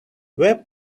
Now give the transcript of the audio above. web